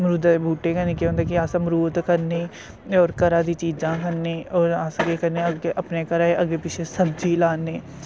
मरूदै दे बूह्टै कन्नै केह् होंदे कि अस मरूद खन्ने और घरा दी चीजां खन्ने और अस केह् करने अग्गे अपने घरा दे अग्गे पिछें सब्जी लान्ने